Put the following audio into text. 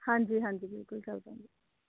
ਹਾਂਜੀ ਹਾਂਜੀ ਬਿਲਕੁਲ ਚੱਲਦਾ ਜੀ